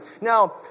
Now